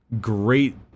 great-